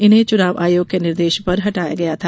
इन्हें चुनाव आयोग के निर्देश पर हटाया गया था